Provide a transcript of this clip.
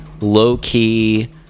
low-key